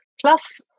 Plus